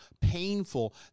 painful